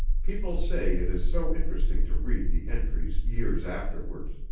people say it is so interesting to read the entries years afterwards.